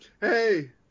hey